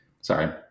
Sorry